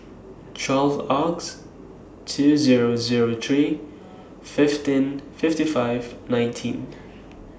twelve August two Zero Zero three fifteen fifty five nineteen